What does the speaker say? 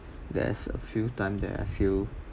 there's a few time that I feel